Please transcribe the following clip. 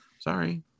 sorry